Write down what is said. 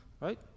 right